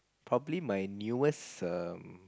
probably my newest um